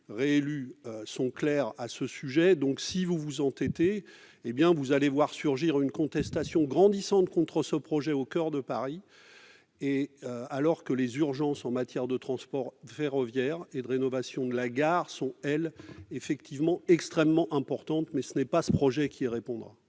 réélus, sont clairs à ce sujet. Si vous vous entêtez, vous allez voir surgir une contestation grandissante contre ce projet au coeur de Paris, alors que les urgences en matière de transport ferroviaire et de rénovation de la gare sont, elles, extrêmement importantes- mais ce n'est pas ce projet qui permettra